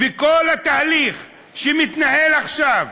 וכל התהליך שמתנהל עכשיו,